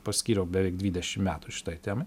paskyriau beveik dvidešim metų šitai temai